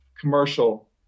commercial